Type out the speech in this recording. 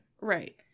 Right